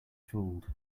fooled